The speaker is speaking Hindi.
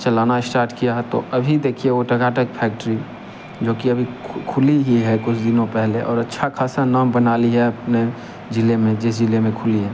चलाना इस्टार्ट किया तो अभी देखिए वो टकाटक फैक्ट्री जो कि अभी खुली ही है कुछ दिनों पहले और अच्छा खासा नाम बना लिया अपने जिले में जिस जिले में खुली है